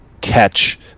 catch